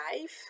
life